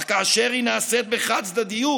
אך כאשר היא נעשית בחד-צדדיות,